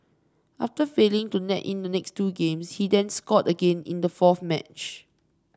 after failing to net in the next two games he then scored again in the fourth match